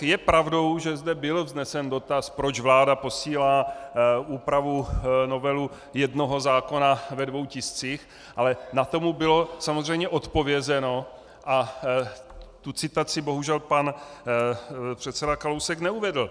Je pravdou, že zde byl vznesen dotaz, proč vláda posílá úpravu novely jednoho zákona ve dvou tiscích, ale na to mu bylo samozřejmě odpovězeno a tu citaci bohužel pan předseda Kalousek neuvedl.